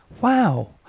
wow